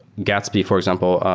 gatsby, for example,